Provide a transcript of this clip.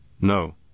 No